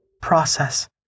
process